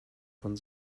von